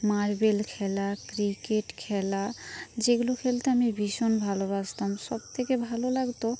marble খেলা cricket খেলা যেগুলো খেলতে আমি ভীষণ ভালোবাসতাম সব থেকে ভালো লাগতো